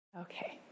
Okay